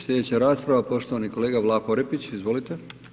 Slijedeća rasprava poštovani kolega Vlaho Orepić, izvolite.